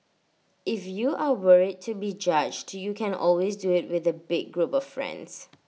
if you are worried to be judged you can always do IT with A big group of friends